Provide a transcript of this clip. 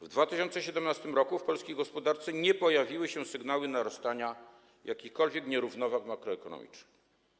W 2017 r. w polskiej gospodarce nie pojawiły się sygnały narastania jakichkolwiek nierównowag makroekonomicznych.